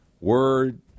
Word